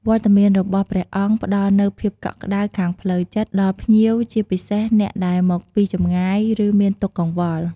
បង្ហាញពីគោលការណ៍សាសនា និងវិន័យ ព្រះអង្គអាចណែនាំភ្ញៀវអំពី របៀបប្រតិបត្តិត្រឹមត្រូវ នៅក្នុងទីអារាម ឬក្នុងពិធីបុណ្យ។